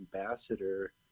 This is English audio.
ambassador